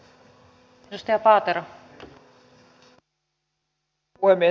arvoisa rouva puhemies